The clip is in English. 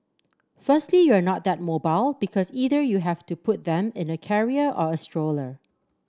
firstly you're not that mobile because either you have to put them in a carrier or a stroller